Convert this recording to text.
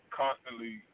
constantly